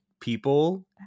people